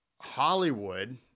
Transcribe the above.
Hollywood